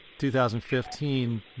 2015